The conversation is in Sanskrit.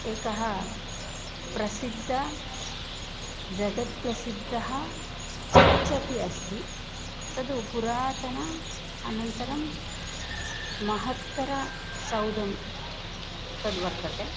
एकः प्रसिद्धः जगत् प्रसिद्धः चर्च् अपि अस्ति तत् पुरातनं अनन्तरं महत्तरं सौदं तद्वर्तते